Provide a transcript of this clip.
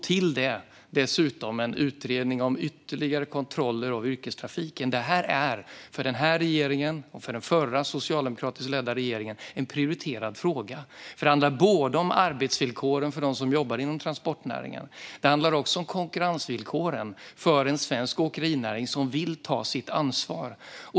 Till detta har vi en utredning om ytterligare kontroller av yrkestrafiken. För denna regering, och för den förra socialdemokratiskt ledda regeringen, är detta en prioriterad fråga. Det handlar både om arbetsvillkoren för dem som jobbar inom transportnäringen och om konkurrensvillkoren för en svensk åkerinäring som vill ta sitt ansvar.